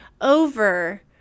over